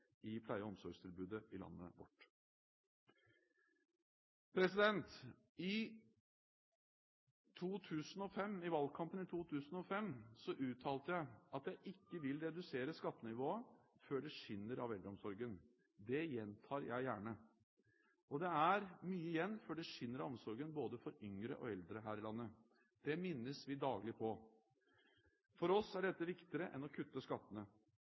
i pleie- og omsorgstilbudet i landet vårt. I valgkampen i 2005 uttalte jeg at jeg ikke vil redusere skattenivået før det skinner av eldreomsorgen. Det gjentar jeg gjerne. Og det er mye igjen før det skinner av omsorgen både for yngre og eldre her i landet. Det minnes vi daglig på. For oss er dette viktigere enn å kutte skattene.